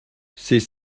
ces